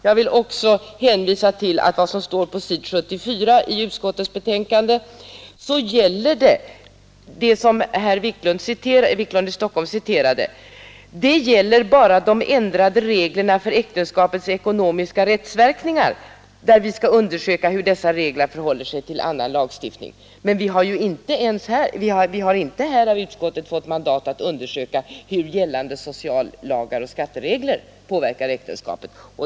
Jag vill också påpeka att det som herr Wiklund citerade på s. 74 i utskottets betänkande bara gäller de ändrade reglerna för äktenskapets ekonomiska rättsverkningar. Familjelagssakkunniga skall undersöka hur dessa regler förhåller sig till annan lagstiftning, men vi har inte av utskottet fått mandat att undersöka hur gällande sociallagar och skatteregler påverkat äktenskapet.